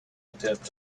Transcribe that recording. attempt